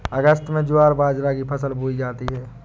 अगस्त में ज्वार बाजरा की फसल बोई जाती हैं